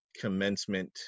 commencement